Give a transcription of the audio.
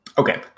Okay